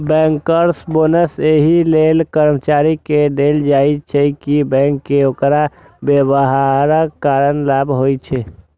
bankers bonus एहि लेल कर्मचारी कें देल जाइ छै, कि बैंक कें ओकर व्यवहारक कारण लाभ होइ छै